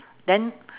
then